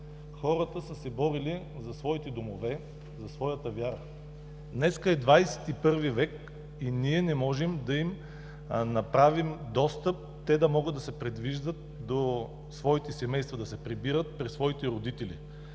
хората са се борили за своите домове, за своята вяра. Днес е XXI век и ние не можем да им направим достъп да могат да се придвижват до своите семейства, да се прибират при своите родители.